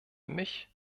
mich